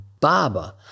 barber